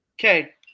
Okay